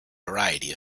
variety